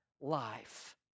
life